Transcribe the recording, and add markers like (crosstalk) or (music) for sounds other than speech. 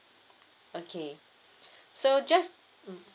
okay (breath) so just mm